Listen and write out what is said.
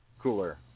cooler